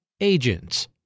Agents